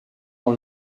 dans